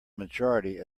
majority